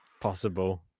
possible